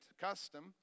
custom